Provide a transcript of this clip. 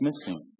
missing